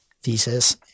thesis